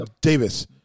Davis